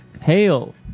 Hail